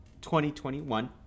2021